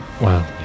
wow